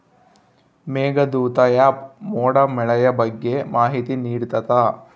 Meghdoot app ಮೋಡ ಮಳೆಯ ಬಗ್ಗೆ ಮಾಹಿತಿ ನಿಡ್ತಾತ